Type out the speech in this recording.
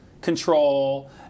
control